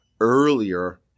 earlier